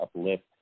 uplift